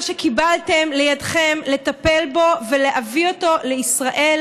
שקיבלתם לידיכם לטפל בו ולהביא אותו לישראל,